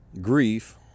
grief